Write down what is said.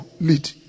lead